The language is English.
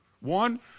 One